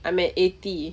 I'm at eighty